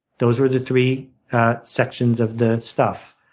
those were the three sections of the stuff,